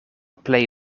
plej